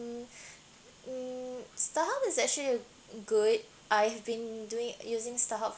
mm starhub is actually good I've been doing using starhub